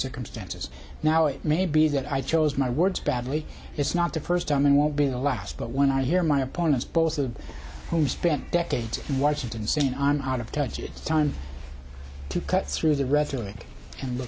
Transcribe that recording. circumstances now it may be that i chose my words badly it's not the first time and won't be the last but when i hear my opponents both of whom spent decades in washington seen on out of touch it's time to cut through the rhetoric and